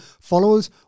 followers